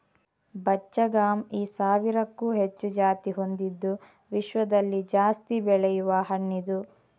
ಬಚ್ಚಗಾಂಯಿ ಸಾವಿರಕ್ಕೂ ಹೆಚ್ಚು ಜಾತಿ ಹೊಂದಿದ್ದು ವಿಶ್ವದಲ್ಲಿ ಜಾಸ್ತಿ ಬೆಳೆಯುವ ಹಣ್ಣಿದು